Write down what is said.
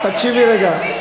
תקשיבי רגע.